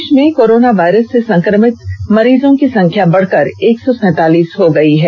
देश में corona virus से संक्रमित मरीजों की संख्या बढ़कर एक सौ सैंतालिस हो गयी है